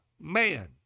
Man